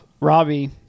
robbie